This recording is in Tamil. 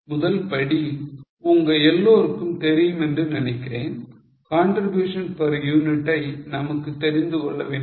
முதல் படி உங்க எல்லாருக்கும் தெரியும் என்று நினைக்கிறேன் contribution per unit ஐ நமக்கு தெரிந்துகொள்ள வேண்டும்